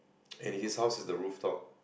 and his house is at rooftop